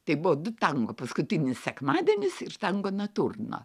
tai buvo du tango paskutinis sekmadienis ir tango naturno